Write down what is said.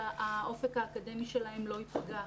שהאופק האקדמי שלהם לא יפגע,